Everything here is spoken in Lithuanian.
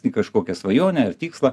į kažkokią svajonę ar tikslą